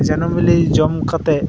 ᱡᱮᱱᱚ ᱢᱤᱞᱤ ᱡᱚᱢ ᱠᱟᱛᱮ